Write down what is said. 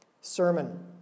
sermon